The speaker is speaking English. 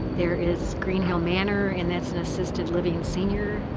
there is green hill manor and that's an assisted living senior